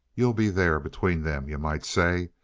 you'll be there between them, you might say.